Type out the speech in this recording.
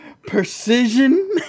Precision